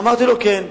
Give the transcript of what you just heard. אמרתי לו, כן,